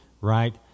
right